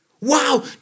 Wow